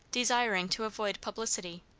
desiring to avoid publicity.